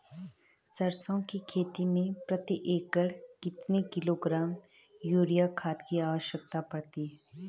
सरसों की खेती में प्रति एकड़ कितने किलोग्राम यूरिया खाद की आवश्यकता पड़ती है?